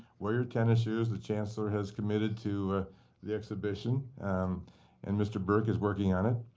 wear your tennis shoes, the chancellor has committed to the exhibition. and and mr. burke is working on it.